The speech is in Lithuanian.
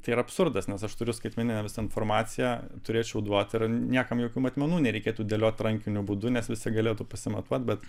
tai yra absurdas nes aš turiu skaitmeninę informaciją turėčiau duoti ir niekam jokių matmenų nereikėtų dėlioti rankiniu būdu nes visi galėtų pasimatuot bet